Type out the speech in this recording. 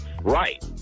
right